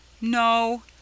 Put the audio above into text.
No